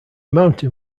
mountain